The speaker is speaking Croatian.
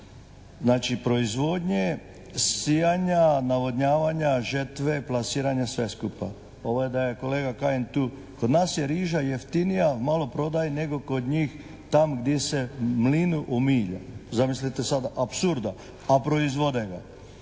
znači proizvodnje, sijanja, navodnjavanja, žetve, plasiranja i sve skupa. Ovo da je kolega Kajin tu. Kod nas je riža jeftinija v maloprodaji nego kod njih tam gdje se …/Govornik se ne razumije./… Zamislite sada apsurda, a proizvode ga.